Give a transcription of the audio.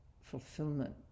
fulfillment